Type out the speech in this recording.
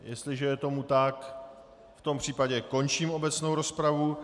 Jestliže je tomu tak, v tom případě končím obecnou rozpravu.